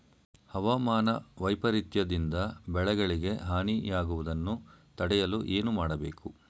ಹವಾಮಾನ ವೈಪರಿತ್ಯ ದಿಂದ ಬೆಳೆಗಳಿಗೆ ಹಾನಿ ಯಾಗುವುದನ್ನು ತಡೆಯಲು ಏನು ಮಾಡಬೇಕು?